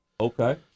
Okay